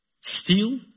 Steal